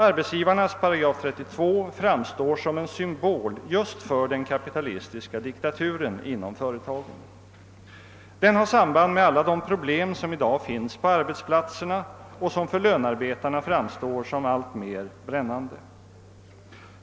Arbetsgivarnas § 32 framstår som en symbol just för den kapitalistiska diktaturen inom företagen. Den har samband med alla de problem, som i dag finns på arbetsplatserna och som för lönearbetarna fram står som alltmera brännande.